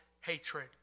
hatred